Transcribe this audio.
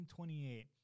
1928